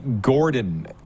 Gordon